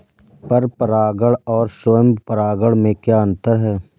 पर परागण और स्वयं परागण में क्या अंतर है?